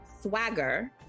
swagger